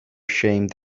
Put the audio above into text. ashamed